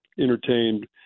entertained